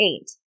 eight